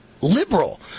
liberal